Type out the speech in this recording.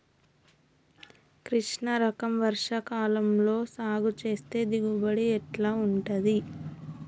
కృష్ణ రకం వర్ష కాలం లో సాగు చేస్తే దిగుబడి ఎట్లా ఉంటది?